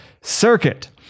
circuit